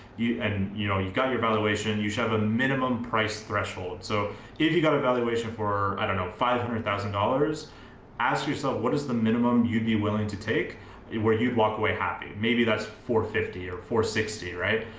you and you know you've got your valuation, you should have a minimum price threshold. so if you got a valuation for, i don't know, five hundred thousand dollars ask yourself, what is the minimum you'd be willing to take where you'd walk away happy, maybe that's for fifty or for sixty. right,